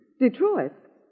Detroit